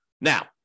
Now